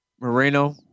Moreno